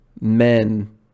men